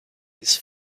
his